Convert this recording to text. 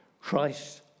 Christ